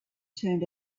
turned